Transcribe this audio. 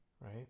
Right